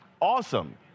awesome